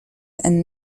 and